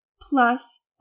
plus